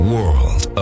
World